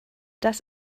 das